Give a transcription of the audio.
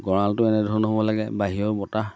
গঁৰালটো এনেধৰণৰ হ'ব লাগে বাহিৰৰ বতাহ